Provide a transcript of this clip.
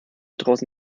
draußen